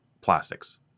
plastics